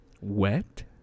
wet